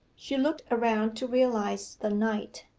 she looked around to realize the night.